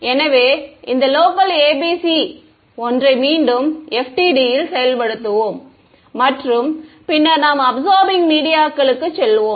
எனவே இந்த local ABC ஒன்றை மீண்டும் FDTD இல் செயல்படுத்துவோம் மற்றும் பின்னர் நாம் அபிசார்பிங் மீடியாக்களுக்கு செல்வோம்